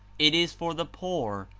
it is for the poor,